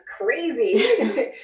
crazy